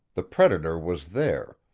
the predator was there,